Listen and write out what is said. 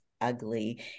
ugly